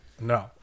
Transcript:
No